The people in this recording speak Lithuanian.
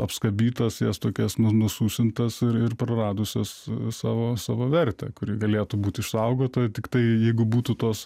apskabytas jas tokias nu nususintas ir ir praradusios savo savo vertę kuri galėtų būt išsaugota tiktai jeigu būtų tos